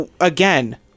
again